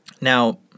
Now